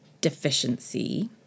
deficiency